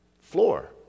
floor